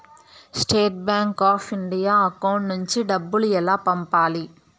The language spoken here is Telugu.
State bank of India account నుంచి డబ్బులు ఎలా పంపాలి?